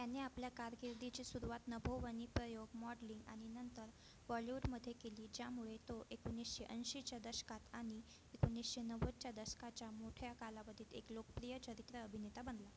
त्याने आपल्या कारकिर्दीची सुरुवात नभोवाणी प्रयोग मॉडलिंग आणि नंतर बॉलिवूडमध्ये केली ज्यामुळे तो एकोणीसशे ऐंशीच्या दशकात आणि एकोणीसशे नव्वदच्या दशकाच्या मोठ्या कालावधीत एक लोकप्रिय चरित्र अभिनेता बनला